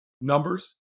numbers